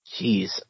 Jeez